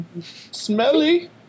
Smelly